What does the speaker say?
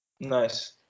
nice